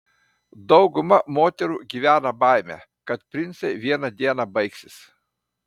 dauguma moterų gyvena baime kad princai vieną dieną baigsis